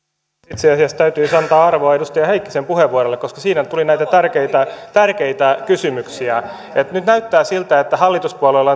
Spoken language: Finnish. itse asiassa täytyisi antaa arvoa edustaja heikkisen puheenvuorolle koska siinä tuli näitä tärkeitä kysymyksiä nyt näyttää siltä että hallituspuolueilla